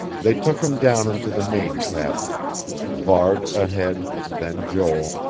they took him down into the main cabin varde ahead, then joel,